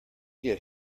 get